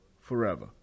forever